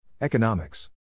Economics